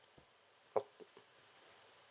okay